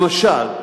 למשל,